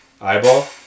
eyeball